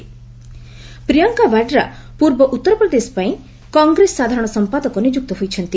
କଂଗ୍ରେସ ପ୍ରିୟଙ୍କା ବାଡ୍ରା ପୂର୍ବ ଉତ୍ତରପ୍ରଦେଶ ପାଇଁ କଂଗ୍ରେସ ସାଧାରଣ ସମ୍ପାଦକ ନିଯୁକ୍ତ ହୋଇଛନ୍ତି